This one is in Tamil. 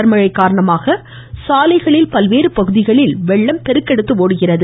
தொடர் மழை காரணமாக சாலைகளின் பல்வேறு பகுதிகளில் தண்ணீர் பெருக்கெடுத்து ஒடுகிறது